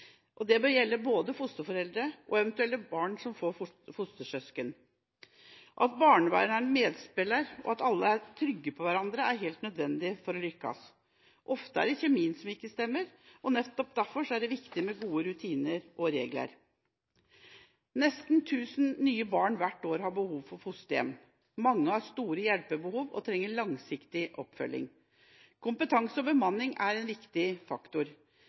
og det bør gjelde både fosterforeldre og eventuelle barn som får fostersøsken. At barnevernet er en medspiller, og at alle er trygge på hverandre, er helt nødvendig for å lykkes. Ofte stemmer ikke kjemien, og nettopp derfor er det viktig med gode rutiner og regler. Nesten 1 000 nye barn hvert år har behov for fosterhjem. Mange har store hjelpebehov og trenger langsiktig oppfølging. Kompetanse og bemanning er en viktig faktor.